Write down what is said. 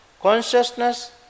consciousness